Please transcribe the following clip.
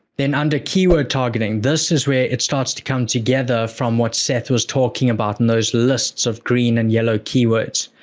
then under keyword targeting, this is where it starts to come together from what seth was talking about in those lists of green and yellow keywords.